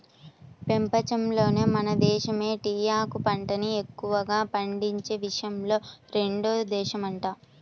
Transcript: పెపంచంలోనే మన దేశమే టీయాకు పంటని ఎక్కువగా పండించే విషయంలో రెండో దేశమంట